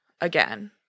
again